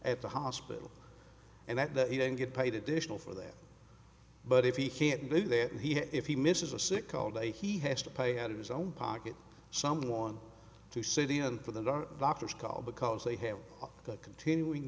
at the hospital and that you don't get paid additional for that but if he can't believe that he if he misses a sick call day he has to pay out of his own pocket someone to sit in for the doctors call because they have the continuing